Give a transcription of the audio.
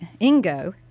Ingo